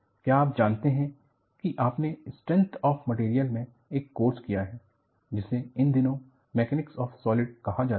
क्या आप जानते हैं कि आपने स्ट्रेंथ ऑफ मटेरियल मे एक कोर्स किया है जिसे इन दिनों मैकेनिक्स आफ सॉलिड्स कहा जाता है